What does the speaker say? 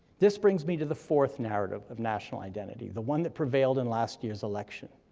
this brings me to the fourth narrative of national identity, the one that prevailed in last year's election.